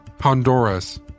Honduras